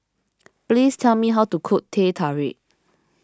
please tell me how to cook Teh Tarik